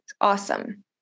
Awesome